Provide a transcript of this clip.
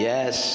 Yes